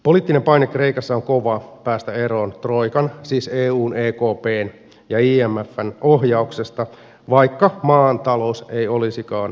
poliittinen paine kreikassa on kova päästä eroon troikan siis eun ekpn ja imfn ohjauksesta vaikka maan talous ei olisikaan siinä kunnossa